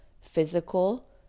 physical